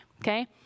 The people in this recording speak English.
Okay